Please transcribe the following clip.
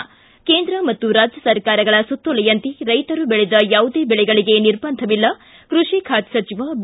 ಿ ಕೇಂದ್ರ ಮತ್ತು ರಾಜ್ಯ ಸರ್ಕಾರಗಳ ಸುತ್ತೋಲೆಯಂತೆ ರೈತರು ಬೆಳೆದ ಯಾವುದೇ ಬೆಳೆಗಳಿಗೆ ನಿರ್ಬಂಧವಿಲ್ಲ ಕೃಷಿ ಖಾತೆ ಸಚಿವ ಬಿ